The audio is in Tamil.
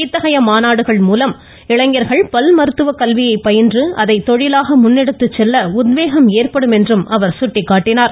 இத்தகைய மாநாடுகள் மூலம் இளைஞர்கள் பல் மருத்துவக் கல்வியை பயின்று அதை தொழிலாக முன்னெடுத்துச் செல்ல உத்வேகம் ஏற்படும் என்றும் அவர் சுட்டிக்காட்டினார்